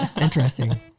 Interesting